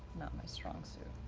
not my strong suit.